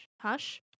Hush